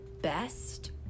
best